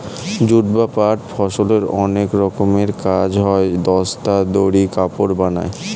jute বা পাট ফসলের অনেক রকমের কাজ হয়, বস্তা, দড়ি, কাপড় বানায়